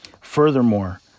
Furthermore